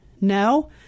no